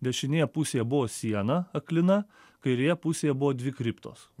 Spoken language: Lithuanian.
dešinėje pusėje buvo siena aklina kairėje pusėje buvo dvi kriptos